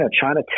China